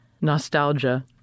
nostalgia